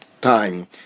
time